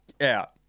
Out